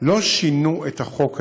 לא שינו את החוק הזה.